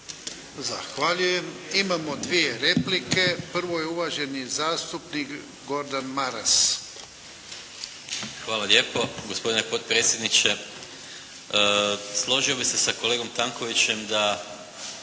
Zahvaljujem. Imamo dvije replike, prvo je uvaženi zastupnik Gordan Maras. **Maras, Gordan (SDP)** Hvala lijepo gospodine potpredsjedniče. Složio bih se sa kolegom Tankovićem da